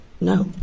No